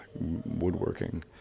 woodworking